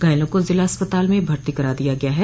घायलों को जिला अस्पताल में भर्ती करा दिया गया है